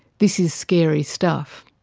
this is scary stuff.